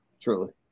Truly